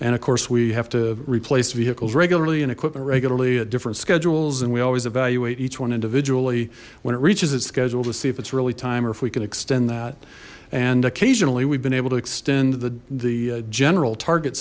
and of course we have to replace vehicles regularly and equipment regularly at different schedules and we always evaluate each one individually when it reaches its schedule to see if it's really time or if we can extend that and occasionally we've been able to extend the the general target